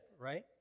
right